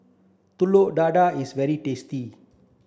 Telur Dadah is very tasty